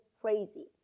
crazy